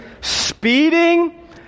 speeding